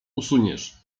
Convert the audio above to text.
usuniesz